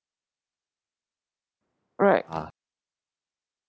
right